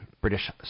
British